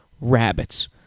rabbits